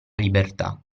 libertà